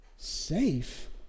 Safe